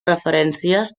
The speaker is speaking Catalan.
referències